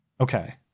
Okay